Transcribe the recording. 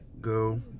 go